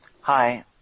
Hi